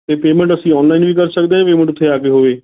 ਅਤੇ ਪੇਅਮੈਂਟ ਅਸੀਂ ਔਨਲਾਈਨ ਵੀ ਕਰ ਸਕਦੇ ਹਾਂ ਜਾਂ ਪੇਅਮੈਂਟ ਉੱਥੇ ਆ ਕੇ ਹੋਵੇ